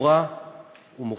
ברורה ומוחלטת.